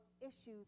issues